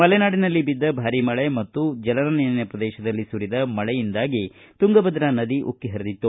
ಮಲೆನಾಡಿನಲ್ಲಿ ಬಿದ್ದ ಭಾರಿ ಮಳೆ ಮತ್ತು ಜಲಾನಯನ ಪ್ರದೇಶದಲ್ಲಿ ಸುರಿದ ಮಳೆಯಿಂದಾಗಿ ತುಂಗಭದ್ರ ನದಿ ಉಕ್ಕಿ ಪರಿದಿತ್ತು